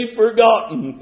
forgotten